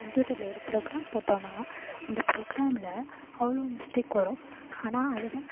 கம்ப்யூட்டரில் ஒரு ப்ரோக்ராம் போட்டோம்னா அந்த ப்ரோக்ராமில் அவ்வளோ மிஸ்டேக் வரும் ஆனால் அதுவே